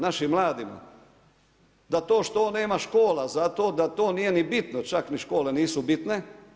našim mladima, da to što on nema škola za to da to nije ni bitno čak ni škole nisu bitne.